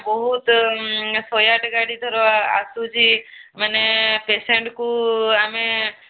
ବହୁତ ଶହେ ଆଠ ଗାଡ଼ି ଧର ଆସୁଛି ମାନେ ପେସେଣ୍ଟ୍କୁ ଆମେ